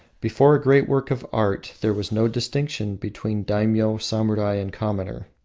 before a great work of art there was no distinction between daimyo, samurai, and commoner.